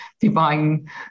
divine